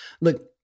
Look